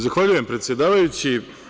Zahvaljujem, predsedavajući.